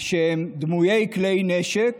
שהם דמויי כלי נשק